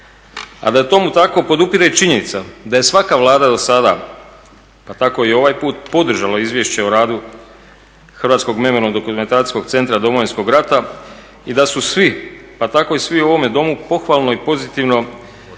A da je tomu tako podupire i činjenica da je svaka Vlada do sada pa tako i ovaj put podržala izvješće o radu Hrvatskog memorijalnog dokumentacijskog centra Domovinskog rata i da su svi, pa tako i svi u ovome Domu pohvalno i pozitivno ocjenjivali